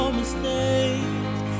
mistakes